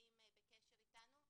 שנמצאים בקשר אתנו,